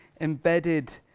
embedded